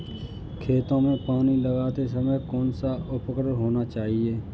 खेतों में पानी लगाते समय कौन सा उपकरण होना चाहिए?